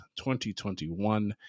2021